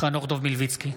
חנוך דב מלביצקי,